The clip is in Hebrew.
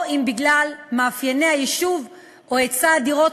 או אם בגלל מאפייני היישוב או היצע הדירות